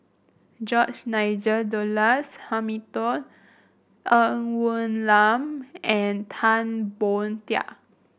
George Nigel Douglas Hamilton Ng Woon Lam and Tan Boon Teik